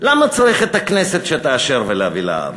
למה צריך את הכנסת שתאשר ולהביא לעם?